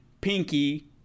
Pinky